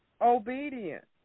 obedience